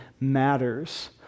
matters